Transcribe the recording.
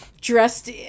dressed